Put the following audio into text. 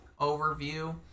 overview